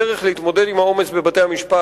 הדרך להתמודד עם העומס בבתי-המשפט